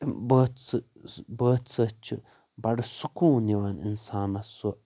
بٲتھٕ سۭتۍ چھُ بڑٕ سکوُن یِوان اِسانس سُہ